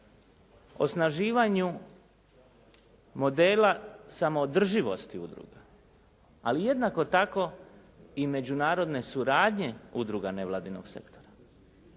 osnaživanju modela samoodrživosti udruga ali jednako tako i međunarodne suradnje udruga nevladinog sektora,